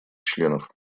членов